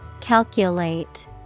Calculate